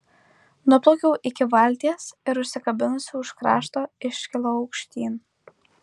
nuplaukiau iki valties ir užsikabinusi už krašto iškilau aukštyn